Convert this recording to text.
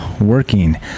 working